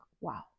wow